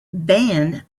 van